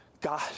God